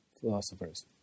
philosophers